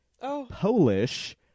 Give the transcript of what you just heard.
Polish